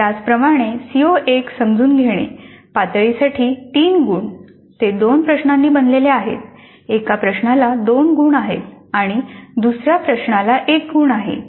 त्याचप्रमाणे सीओ 1 समजून घेणे पातळी साठी 3 गुण ते दोन प्रश्नांनी बनलेले आहेत एका प्रश्नाला 2 गुण आहेत आणि दुसर्या प्रश्नाला 1 गुण आहे